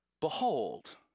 behold